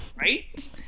Right